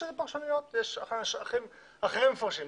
יש פרשנויות שאחרים מפרשים,